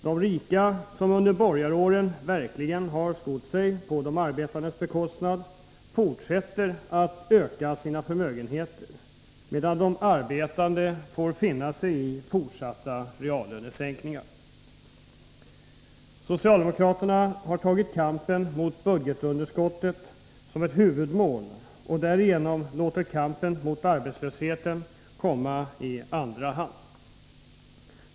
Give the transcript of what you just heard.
De rika, som under borgaråren verkligen har skott sig på de arbetandes bekostnad, fortsätter att öka sina förmögenheter, medan de arbetande får finna sig i fortsatta reallönesänkningar. Socialdemokraterna har gjort kampen mot budgetunderskottet till huvudmål och har därigenom låtit kampen mot arbetslösheten komma i andra hand.